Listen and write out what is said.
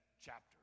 chapter